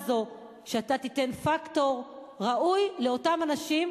זו שאתה תיתן פקטור ראוי לאותם אנשים,